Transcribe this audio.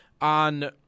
on